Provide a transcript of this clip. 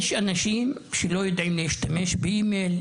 יש אנשים שלא יודעים להשתמש באימייל,